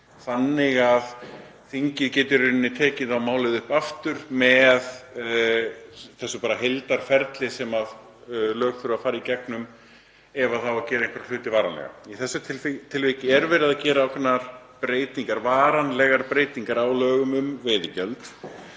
þannig að þingið geti tekið málið upp aftur með þessu heildarferli sem lög þurfa að fara í gegnum ef það á að gera einhverja hluti varanlega. Í þessu tiltekna tilviki er verið að gera ákveðnar varanlegar breytingar á lögum um veiðigjald.